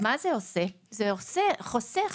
זה חוסך